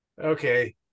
Okay